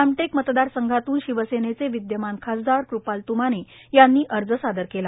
रामटेक मतदार संघातून शिवसेनेचे विद्यमान खासदार कुपाल तुमाने यांनी अर्ज सादर केला